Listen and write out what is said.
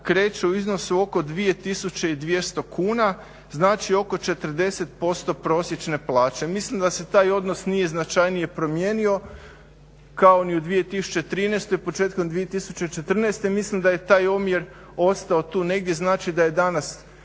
kreće u iznosu oko 2200 kuna znači oko 40% prosječne plaće. Mislim da se taj odnos nije značajnije promijenio kao ni u 2013., početkom 2014.mislim da je taj omjer ostao tu negdje, znači da je danas